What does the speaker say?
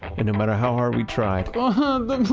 and no matter how hard we tried but but